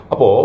Apo